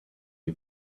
you